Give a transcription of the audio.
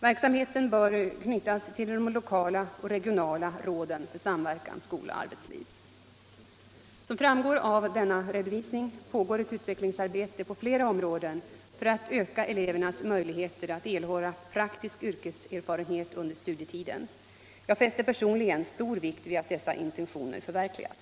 Verksamheten bör knytas till de lokala och regionala råden för samverkan skola-arbetsliv. Som framgår av denna redovisning pågår ett utvecklingsarbete på flera områden för att öka elevernas möjligheter att erhålla praktisk yrkeserfarenhet under studietiden. Jag fäster personligen stor vikt vid att dessa intentioner förverkligas.